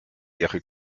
ihre